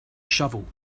shovel